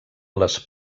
les